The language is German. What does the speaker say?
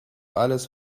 alles